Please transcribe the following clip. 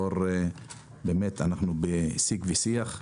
אנחנו בשיג ושיח.